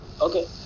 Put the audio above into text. Okay